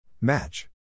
Match